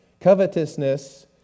Covetousness